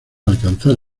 alcanzar